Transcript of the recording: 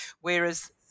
whereas